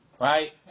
right